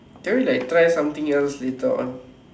can we like try something else later on